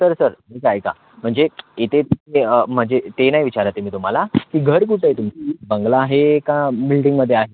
sir sir आमचं ऐका म्हणजे इथे ते म्हणजे ते नाही विचारत आहे मी तुम्हाला की घर कुठे आहे तुमचं बंगला आहे का बिल्डिंगमध्ये आहे